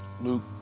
Luke